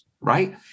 right